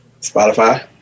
Spotify